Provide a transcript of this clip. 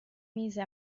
mise